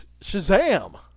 shazam